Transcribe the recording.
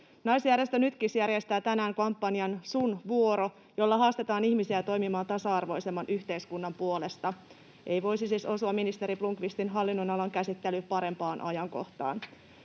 Naisjärjestö Nytkis järjestää tänään kampanjan ”Sun Vuoro”, jolla haastetaan ihmisiä toimimaan tasa-arvoisemman yhteiskunnan puolesta. Ei voisi siis osua ministeri Blomqvistin hallinnonalan käsittely parempaan ajankohtaan.